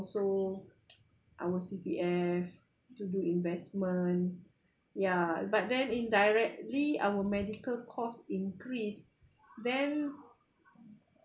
also our C_P_F to do investment ya but then indirectly our medical cost increase then